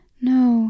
No